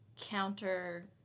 counter